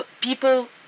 people